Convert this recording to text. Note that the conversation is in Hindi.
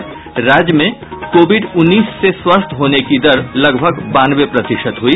और राज्य में कोविड उन्नीस से स्वस्थ होने की दर लगभग बानवे प्रतिशत हुई